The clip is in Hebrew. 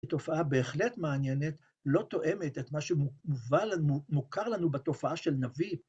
תופעה בהחלט מעניינת, לא תואמת את מה שמוכר לנו בתופעה של נביא.